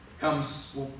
comes